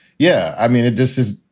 yeah. i mean, it just is.